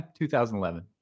2011